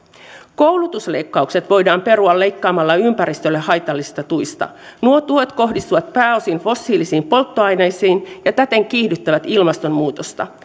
koulutusleikkaukset voidaan perua leikkaamalla ympäristölle haitallisista tuista nuo tuet kohdistuvat pääosin fossiilisiin polttoaineisiin ja täten kiihdyttävät ilmastonmuutosta